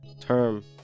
term